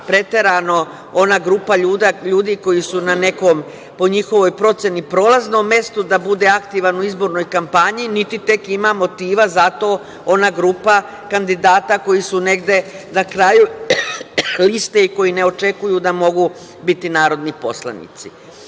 preterano ona grupa ljudi koji su na nekom, po njihovoj proceni, prolaznom mestu, da bude aktivan u izbornoj kampanji, niti tek ima motiva za to ona grupa kandidata koji su negde na kraju liste i koji ne očekuju da mogu biti narodni poslanici. To